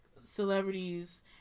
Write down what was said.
celebrities